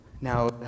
Now